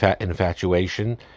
infatuation